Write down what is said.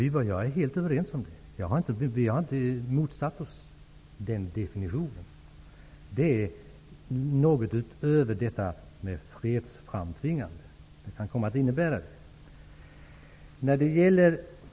Jag är helt överens med utrikesministern om det. Vi har inte motsatt oss den definitionen. Det kan komma att innebära något utöver detta med fredsframtvingande.